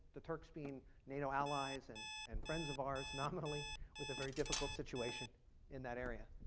the turks being nato allies and and friends of ours nominally with a very difficult situation in that area.